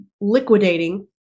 liquidating